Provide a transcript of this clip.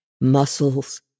muscles